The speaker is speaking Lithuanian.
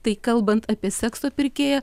tai kalbant apie sekso pirkėją